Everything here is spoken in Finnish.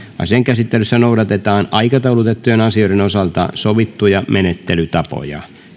asian käsittelyssä noudatetaan aikataulutettujen asioiden osalta sovittuja menettelytapoja